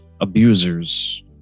abusers